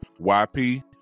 YP